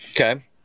Okay